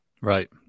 Right